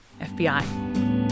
FBI